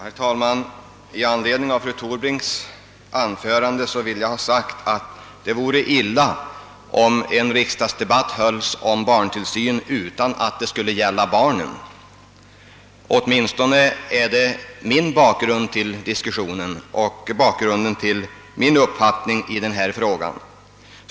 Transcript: Herr talman! I anledning av fru Torbrinks anförande vill jag ha sagt att det vore illa om en riksdagsdebatt hölls om barntillsyn utan att det skulle gälla barnen; åtminstone är det min bakgrund till diskussionen och bakgrunden till min uppfattning i denna fråga.